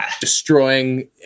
destroying